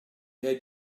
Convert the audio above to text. had